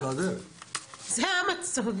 זה המצב,